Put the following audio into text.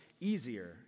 easier